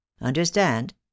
Understand